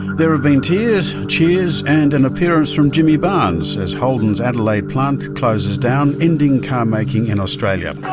there have been tears, cheers and an appearance from jimmy barnes as holden's adelaide plant closes down, ending car making in australia.